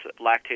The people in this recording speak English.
lactate